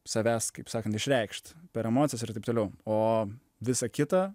savęs kaip sakant išreikšt per emocijas ir taip toliau o visa kita